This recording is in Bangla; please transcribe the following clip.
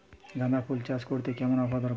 গাঁদাফুল চাষ করতে কেমন আবহাওয়া দরকার?